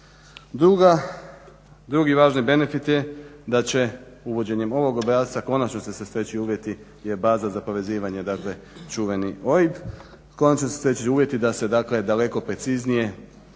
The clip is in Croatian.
Drugi važni benefit je da će uvođenjem ovog obrasca konačno će se steći uvjeti je baza za povezivanje čuveni